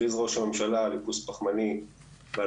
ראש הממשלה הכריז על ריכוז פחמני ב-2050,